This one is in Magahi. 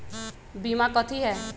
बीमा कथी है?